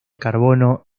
carbono